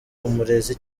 umurezi